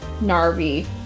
Narvi